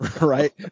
right